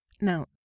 Now